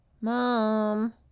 Mom